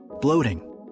bloating